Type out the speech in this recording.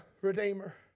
Redeemer